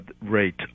rate